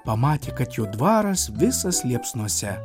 pamatė kad jo dvaras visas liepsnose